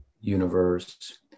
universe